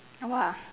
!wah!